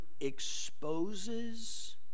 exposes